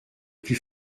plus